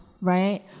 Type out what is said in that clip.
right